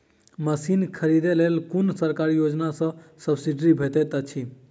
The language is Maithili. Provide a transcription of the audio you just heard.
मशीन खरीदे लेल कुन सरकारी योजना सऽ सब्सिडी भेटैत अछि?